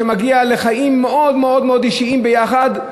שמגיע לחיים מאוד מאוד מאוד אישיים ביחד,